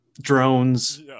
drones